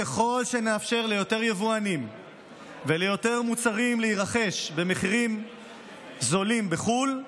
ככל שנאפשר ליותר יבואנים וליותר מוצרים להירכש במחירים זולים בחו"ל,